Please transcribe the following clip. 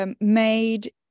made